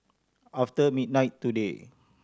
after midnight today